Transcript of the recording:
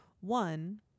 One